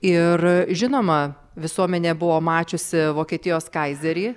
ir žinoma visuomenė buvo mačiusi vokietijos kaizerį